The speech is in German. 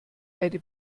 eine